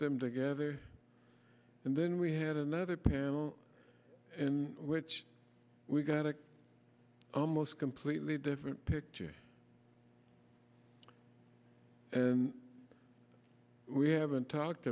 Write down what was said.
them together and then we had another panel in which we got a almost completely different picture and we haven't talked